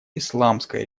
исламская